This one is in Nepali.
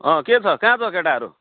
अँ के छ कहाँ छ केटाहरू